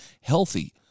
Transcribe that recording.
healthy